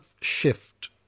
shift